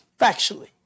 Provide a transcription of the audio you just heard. factually